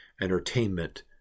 entertainment